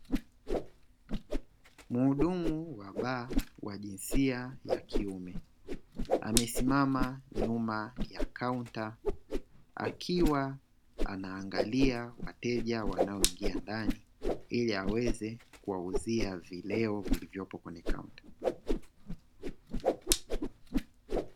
mhudumu wa bar wa jinsia ya kiume amesimama nyuma ya caunter akiwa anaangalia wateja wanaoingia ndani ili aweze kuwauzia vileo vilivyopo kwenye kaunta .